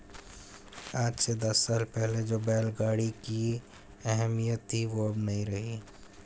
आज से दस साल पहले जो बैल गाड़ी की अहमियत थी वो अब नही रही